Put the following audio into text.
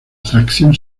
atracción